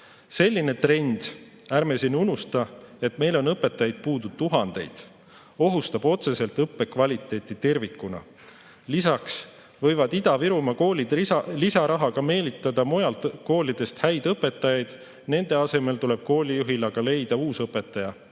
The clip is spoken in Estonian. Selline trend – ärme unustame, et meil on õpetajaid puudu tuhandeid – ohustab otseselt õppekvaliteeti tervikuna. Lisaks võivad Ida-Virumaa koolid lisarahaga meelitada mujalt koolidest häid õpetajaid. Nende asemel tuleb koolijuhil aga leida uus õpetaja,